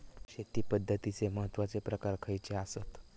शेती पद्धतीचे महत्वाचे प्रकार खयचे आसत?